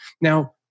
Now